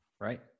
Right